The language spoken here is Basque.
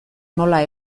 nola